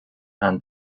and